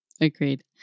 Agreed